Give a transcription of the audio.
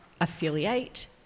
affiliate